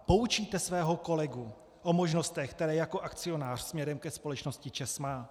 Poučíte svého kolegu o možnostech, které jako akcionář směrem ke společnosti ČEZ má?